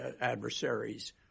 adversaries